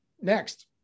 Next